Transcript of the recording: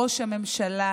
ראש הממשלה